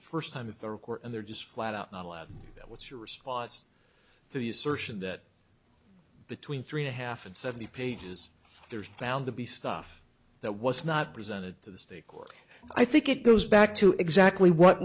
the first time in the record and they're just flat out not allowed that what's your response to the assertion that between three and a half and seventy pages there's bound to be stuff that was not presented to the state i think it goes back to exactly what